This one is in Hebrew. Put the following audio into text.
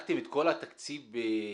חילקתם את כל התקציב בתוכנית